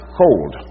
cold